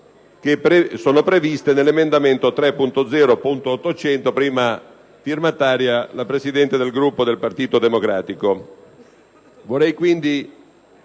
quelle previste nell'emendamento 3.0.800, di cui è prima firmataria la presidente del Gruppo del Partito Democratico,